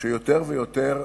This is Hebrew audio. שיותר ויותר